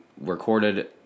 recorded